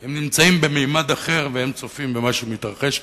הם נמצאים בממד אחר והם צופים במה שמתרחש כאן,